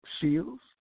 Shields